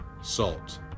salt